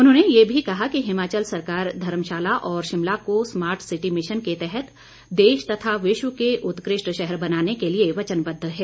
उन्होंने ये भी कहा कि हिमाचल सरकार धर्मशाला और शिमला को स्मार्ट सिटी मिशन के तहत देश तथा विश्व के उत्कृष्ट शहर बनाने के लिए वचनबद्व है